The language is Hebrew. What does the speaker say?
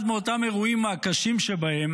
אחד מאותם אירועים, ומהקשים שבהם,